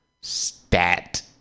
Stat